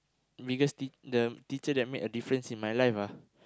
biggest T the teacher that made a difference in my life